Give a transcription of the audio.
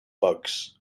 bugs